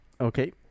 Okay